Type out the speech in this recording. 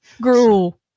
gruel